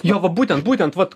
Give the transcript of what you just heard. jo va būtent būtent vat